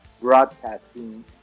broadcasting